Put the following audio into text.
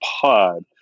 pod